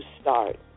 start